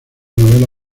novela